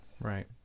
Right